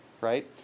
right